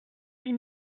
dix